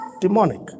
demonic